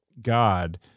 God